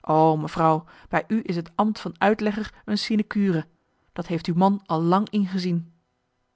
o mevrouw bij u is het ambt van uitlegger een sinecure dat heeft uw man al lang ingezien